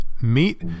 Meet